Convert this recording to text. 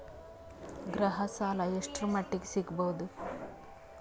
ಗೃಹ ಸಾಲ ಎಷ್ಟರ ಮಟ್ಟಿಗ ಸಿಗಬಹುದು?